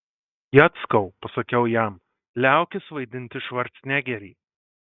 jackau pasakiau jam liaukis vaidinti švarcnegerį